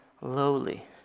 lowly